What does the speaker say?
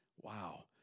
Wow